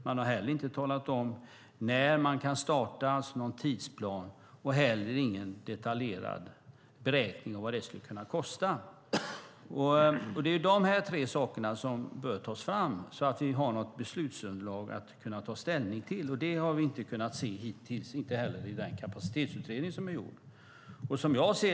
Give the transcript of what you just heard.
Man har inte heller talat om när man kan starta en tidsplan och inte heller gjort en detaljerad beräkning av vad det kan kosta. Det är de tre sakerna som bör tas fram så att det finns ett beslutsunderlag att ta ställning till. Det har vi inte sett hittills, inte heller i Kapacitetsutredningen.